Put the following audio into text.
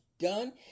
done